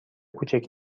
کوچک